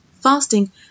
Fasting